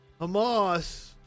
Hamas